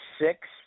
six